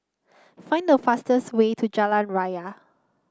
find the fastest way to Jalan Raya